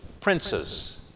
princes